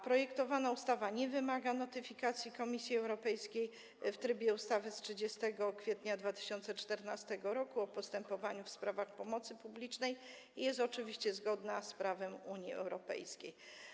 Projektowana ustawa nie wymaga notyfikacji Komisji Europejskiej w trybie ustawy z 30 kwietnia 2014 r. o postępowaniu w sprawach pomocy publicznej i jest oczywiście zgodna z prawem Unii Europejskiej.